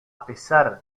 pesar